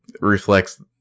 reflects